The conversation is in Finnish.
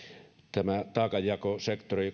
tämä taakanjakosektori